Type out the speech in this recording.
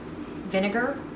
vinegar